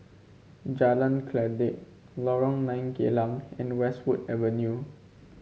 Jalan Kledek Lorong Nine Geylang and Westwood Avenue